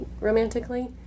romantically